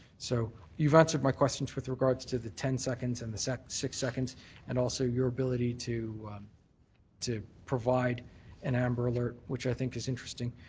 so you've answered my questions with regards to the ten seconds and the six six seconds and also your ability to to provide an amber alert, which i think is interesting,